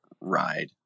ride